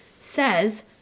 says